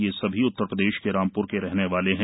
ये सभी उत्तरप्रदेश के रामप्र के रहने वाले हैं